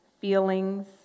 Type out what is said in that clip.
feelings